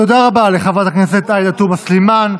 תודה רבה לחברת הכנסת עאידה תומא סלימאן.